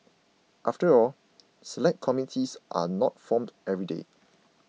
after all Select Committees are not formed every day